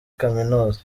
kaminuza